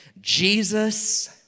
Jesus